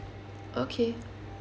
okay